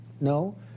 No